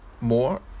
more